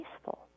peaceful